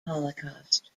holocaust